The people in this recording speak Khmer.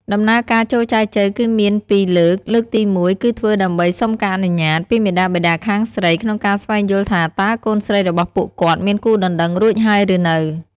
ដំណើរ ការចូលចែចូវគឺមានពីរលើក លើកទីមួយ គឺធ្វើដើម្បី សុំការអនុញ្ញាត ពីមាតាបិតាខាងស្រីក្នុងការស្វែងយល់ថាតើកូនស្រីរបស់ពួកគាត់មានគូដណ្តឹងរួចហើយ ឬនៅ។